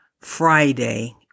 Friday